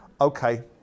okay